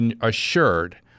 assured